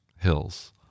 hills